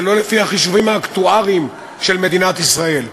זה לא לפי החישובים האקטואריים של מדינת ישראל.